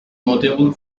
notable